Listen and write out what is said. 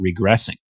regressing